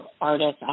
artists